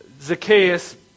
Zacchaeus